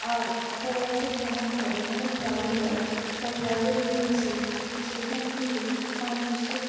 আর এছাড়া হচ্ছে ভ্রমণকারী মানে ট্র্যাভেলার বা ট্র্যাভেল এজেন্সি যেখান থেকে মানুষ